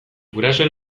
gurasoen